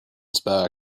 slides